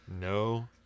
No